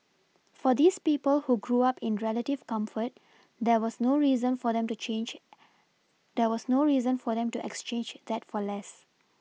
for these people who grew up in relative comfort there was no reason for them to change there was no reason for them to exchange that for less